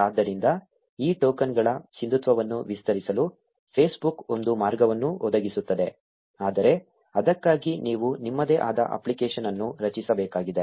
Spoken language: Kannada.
ಆದ್ದರಿಂದ ಈ ಟೋಕನ್ಗಳ ಸಿಂಧುತ್ವವನ್ನು ವಿಸ್ತರಿಸಲು ಫೇಸ್ಬುಕ್ ಒಂದು ಮಾರ್ಗವನ್ನು ಒದಗಿಸುತ್ತದೆ ಆದರೆ ಅದಕ್ಕಾಗಿ ನೀವು ನಿಮ್ಮದೇ ಆದ ಅಪ್ಲಿಕೇಶನ್ ಅನ್ನು ರಚಿಸಬೇಕಾಗಿದೆ